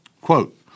quote